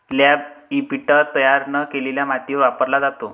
land imprinter तयार न केलेल्या मातीवर वापरला जातो